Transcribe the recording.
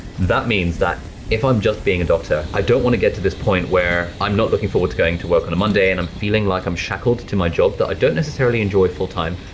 that means that if i'm just being a doctor, i don't wanna get to this point where i'm not looking forward to going to work on a monday and i'm feeling like i'm shackled to my job, that i don't necessarily enjoy full-time,